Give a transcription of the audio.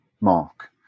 Mark